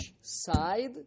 side